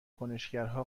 کنشگرها